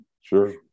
sure